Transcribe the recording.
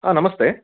नमस्ते